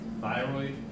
thyroid